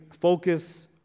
focus